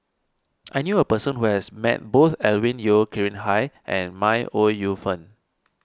I knew a person who has met both Alvin Yeo Khirn Hai and May Ooi Yu Fen